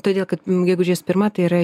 todėl kad gegužės pirma tai yra